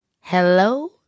Hello